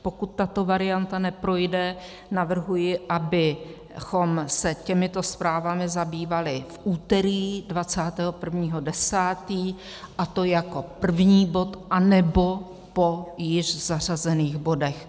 Pokud tato varianta neprojde, navrhuji, abychom se těmito zprávami zabývali v úterý 21. 10., a to jako první bod, anebo po již zařazených bodech.